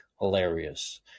hilarious